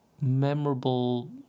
memorable